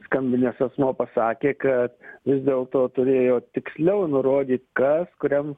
skambinęs asmuo pasakė kad vis dėl to turėjo tiksliau nurodyt kas kuriam